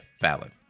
Fallon